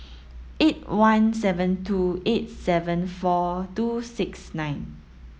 eight one seven two eight seven four two six nine